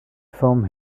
formed